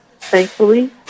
thankfully